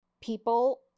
People